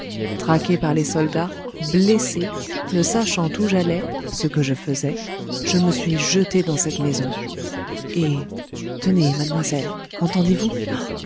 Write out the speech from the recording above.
traqué par les soldats blessé ne sachant où j'allais ce que je faisais je me suis jeté dans cette maison et tenez mademoiselle entendez-vous oh